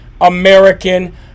American